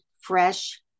fresh